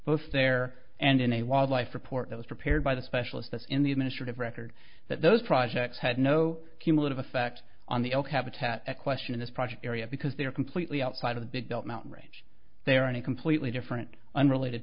both there and in a wildlife report that was prepared by the specialists in the administrative record that those projects had no cumulative effect on the elk habitat question in this project area because they are completely outside of the big belt mountain range they are in a completely different unrelated